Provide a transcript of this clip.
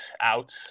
out